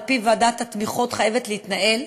ועדת התמיכות חייבת להתנהל,